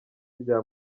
rya